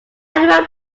animal